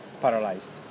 paralyzed